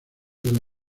del